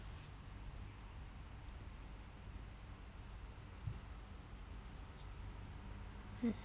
mm